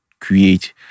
create